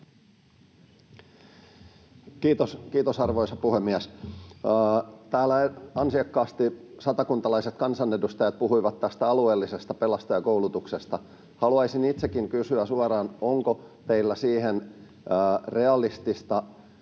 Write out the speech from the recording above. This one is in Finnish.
Kiitos, arvoisa puhemies! Täällä satakuntalaiset kansanedustajat puhuivat ansiokkaasti tästä alueellisesta pelastajakoulutuksesta. Haluaisin itsekin kysyä suoraan, onko teillä siihen realistista